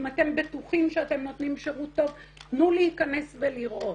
אם אתם בטוחים שאתם נותנים שירות טוב תנו להיכנס ולראות.